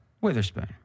Witherspoon